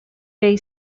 bay